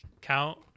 count